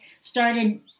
started